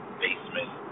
basement